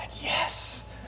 yes